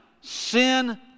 sin